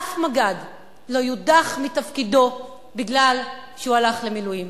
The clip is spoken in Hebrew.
אף מג"ד לא יודח מתפקידו בגלל שהוא הלך למילואים.